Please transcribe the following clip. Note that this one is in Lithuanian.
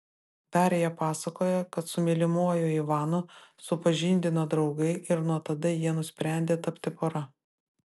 darija pasakoja kad su mylimuoju ivanu supažindino draugai ir nuo tada jie nusprendė tapti pora